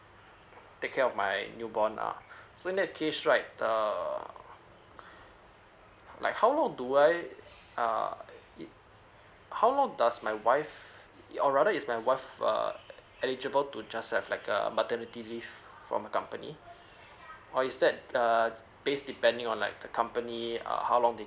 take care of my new born lah so in that case right err like how long do I err it how long does my wife or rather is my wife err eligible to just have like a maternity leave from her company or is that err based depending on like the company uh how long they